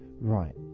Right